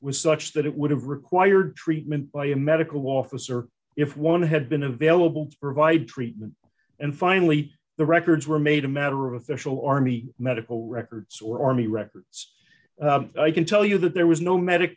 was such that it would have required treatment by a medical officer if one had been available to provide treatment and finally the records were made a matter of official army medical records or army records i can tell you that there was no medic